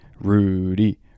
Rudy